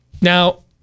Now